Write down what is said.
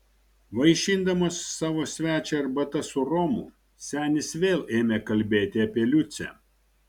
vaišindamas savo svečią arbata su romu senis vėl ėmė kalbėti apie liucę